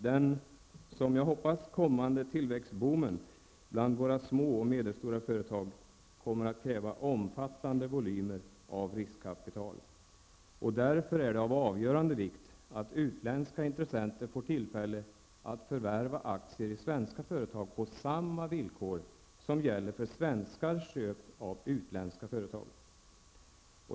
Den, som jag hoppas, kommande tillväxtboomen bland våra små och medelstora företag kommer att kräva omfattande volymer av riskkapital. Därför är det av avgörande betydelse att utländska intressenter får tillfälle att förvärva aktier i svenska företag på samma villkor som gäller för svenskars köp av utländska företag.